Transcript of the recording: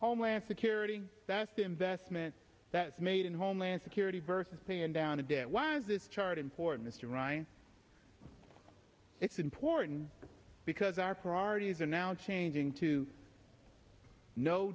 homeland security that's the investment that's made in homeland security versus paying down the debt why is this chart important to write it's important because our priorities are now changing to no